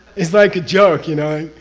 it's like a joke, you know?